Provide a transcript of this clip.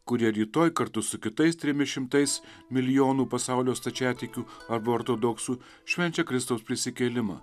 kurie rytoj kartu su kitais trimis šimtais milijonų pasaulio stačiatikių arba ortodoksų švenčia kristaus prisikėlimą